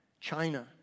China